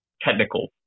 technical